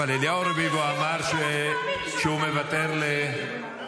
אבל אליהו רביבו אמר שהוא מוותר --- שלמה